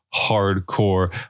hardcore